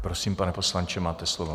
Prosím, pane poslanče, máte slovo.